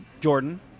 Jordan